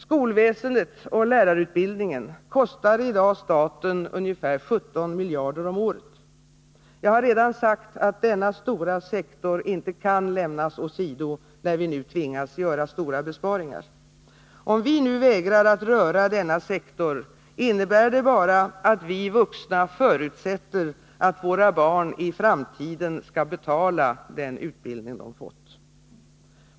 Skolväsendet och lärarutbildningen kostar i dag staten ungefär 17 miljarder om året. Jag har redan sagt att denna stora sektor inte kan lämnas åsido när vi nu tvingas göra stora besparingar. Om vi nu vägrar att röra denna sektor innebär det bara att vi vuxna förutsätter att våra barn i framtiden skall betala den utbildning de fått.